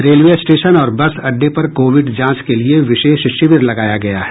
railway station और bus अड्डे पर कोविड जांच के लिए विशेष शिविर लगाया गया है